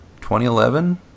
2011